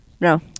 No